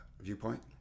viewpoint